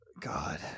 God